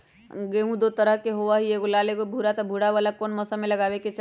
गेंहू दो तरह के होअ ली एगो लाल एगो भूरा त भूरा वाला कौन मौसम मे लगाबे के चाहि?